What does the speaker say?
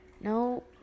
no